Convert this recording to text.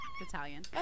italian